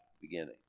beginning